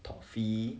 toffee